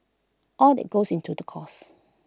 all that goes into the cost